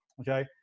Okay